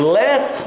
let